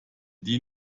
die